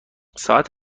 ساعت